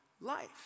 life